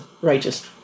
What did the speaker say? righteous